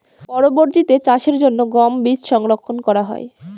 পরবর্তিতে চাষের জন্য গম বীজ সংরক্ষন করা হয়?